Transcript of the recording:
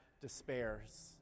despairs